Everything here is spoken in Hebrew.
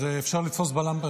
אפשר לתפוס בלמפה,